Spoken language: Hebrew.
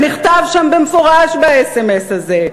ונכתב שם במפורש באס.אם.אס הזה: